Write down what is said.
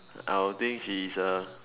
I'll think she is a